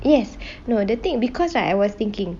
yes no the thing because I was thinking